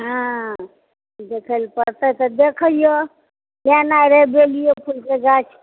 हँ देखय ला पड़तै तऽ देखिओ लेनाइ रहै बेलियो फुलके गाछ